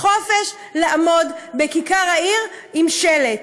החופש לעמוד בכיכר העיר עם שלט.